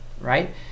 right